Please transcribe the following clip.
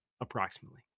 Approximately